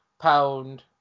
pound